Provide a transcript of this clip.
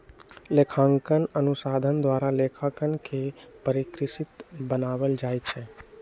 लेखांकन अनुसंधान द्वारा लेखांकन के परिष्कृत बनायल जाइ छइ